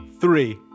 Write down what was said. three